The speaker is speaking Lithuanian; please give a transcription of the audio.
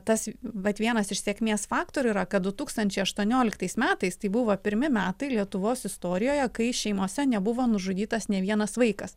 tas vat vienas iš sėkmės faktorių yra kad du tūkstančiai aštuonioliktais metais tai buvo pirmi metai lietuvos istorijoje kai šeimose nebuvo nužudytas nė vienas vaikas